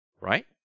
right